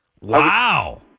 Wow